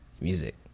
music